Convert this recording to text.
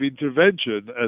intervention